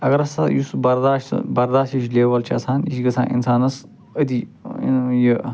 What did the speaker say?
اَگر ہسا یُس برداشت برداشٕچ لیوٚل چھِ آسان یہِ چھِ گژھان اِنسانس أتی یہِ